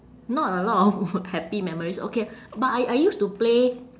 not a lot of happy memories okay but I I used to play